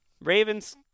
Ravens